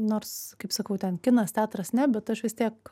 nors kaip sakau ten kinas teatras ne bet aš vis tiek